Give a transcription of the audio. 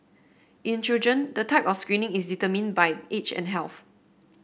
in children the type of screening is determined by age and health